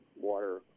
water